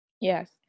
Yes